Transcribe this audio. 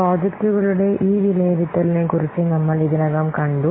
പ്രോജക്റ്റുകളുടെ ഈ വിലയിരുത്തലിനെക്കുറിച്ച് നമ്മൾ ഇതിനകം കണ്ടു